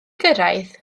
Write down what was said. gyrraedd